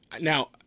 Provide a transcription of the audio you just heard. Now